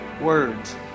words